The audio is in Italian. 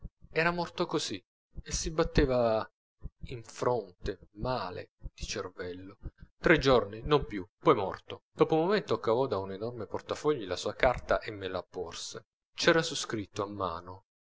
era morto così e si batteva in fronte male di cervello tre giorni non più poi morto dopo un momento cavò da un enorme portafogli la sua carta e me la porse c'era su scritto a mano